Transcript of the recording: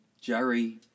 Jerry